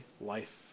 life